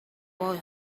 boy